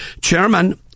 chairman